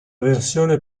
versione